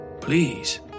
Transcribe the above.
Please